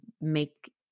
make